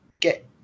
get